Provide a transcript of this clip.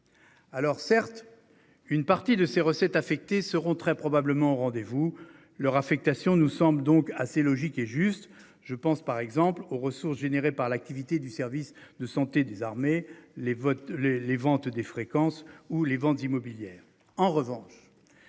Alors certes, une partie de ses recettes affectées seront très probablement au rendez vous leur affectation. Nous sommes donc assez logique et juste. Je pense par exemple aux ressources générées par l'activité du service de santé des armées, les votes les les ventes des fréquences ou les ventes immobilières